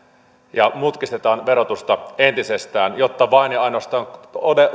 ja mutkistetaan verotusta entisestään jotta vain ja ainoastaan